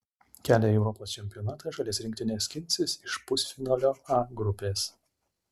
kelią į europos čempionatą šalies rinktinė skinsis iš pusfinalio a grupės